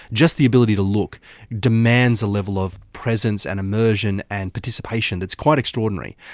just the ability to look demands a level of presence and immersion and participation that's quite extraordinary.